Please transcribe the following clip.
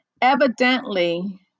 Evidently